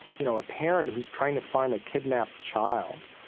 you know, a parent who's trying to find a kidnapped child.